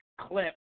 clip